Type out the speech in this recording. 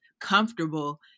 comfortable